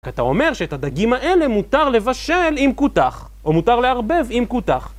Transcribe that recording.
אתה אומר שאת הדגים האלה מותר לבשל עם כותח או מותר לערבב עם כותח